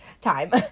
time